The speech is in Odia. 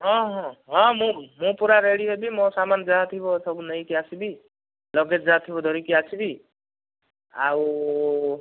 ହଁ ହଁ ହଁ ମୁଁ ମୁଁ ପୁରା ରେଡି ହେବି ମୋ ସାମାନ୍ ଯାହାଥିବ ସବୁ ନେଇକି ଆସିବି ଲଗେଜ୍ ଯାହା ଥିବ ଧରିକି ଆସିବି ଆଉ